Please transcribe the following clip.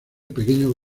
pequeños